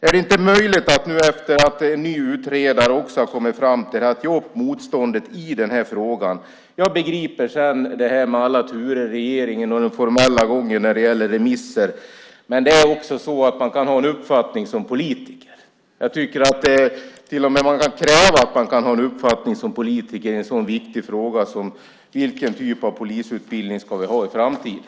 Är det inte möjligt när en ny utredare också har kommit fram till det att ge upp motståndet i frågan? Jag begriper alla turer i regeringen och den formella gången när det gäller remisser, men man kan också ha en uppfattning som politiker. Man kan till och med kräva att man kan ha en uppfattning som politiker i en sådan viktig fråga som vilken typ av polisutbildning vi ska ha i framtiden.